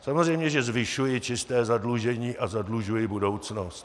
Samozřejmě že zvyšuji čisté zadlužení a zadlužuji budoucnost.